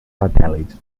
satèl·lits